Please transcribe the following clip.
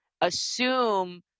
assume